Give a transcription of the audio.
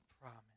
promise